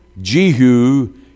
Jehu